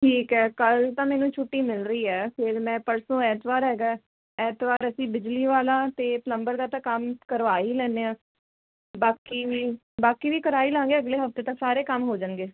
ਠੀਕ ਹੈ ਕੱਲ੍ਹ ਤਾਂ ਮੈਨੂੰ ਛੁੱਟੀ ਮਿਲ ਰਹੀ ਹੈ ਫਿਰ ਮੈਂ ਪਰਸੋਂ ਐਤਵਾਰ ਹੈਗਾ ਐਤਵਾਰ ਅਸੀਂ ਬਿਜਲੀ ਵਾਲਾ ਅਤੇ ਪਲੰਬਰ ਦਾ ਤਾਂ ਕੰਮ ਕਰਵਾ ਹੀ ਲੈਂਦੇ ਹਾਂ ਬਾਕੀ ਵੀ ਬਾਕੀ ਵੀ ਕਰਾ ਹੀ ਲਵਾਂਗੇ ਅਗਲੇ ਹਫਤੇ ਤੱਕ ਸਾਰੇ ਕੰਮ ਹੋ ਜਾਣਗੇ